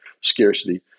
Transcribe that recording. scarcity